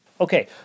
Okay